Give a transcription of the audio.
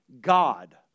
God